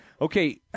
Okay